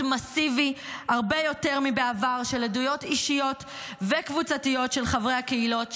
מסיבי הרבה יותר מבעבר של עדויות אישיות וקבוצתיות של חברי הקהילות.